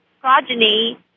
progeny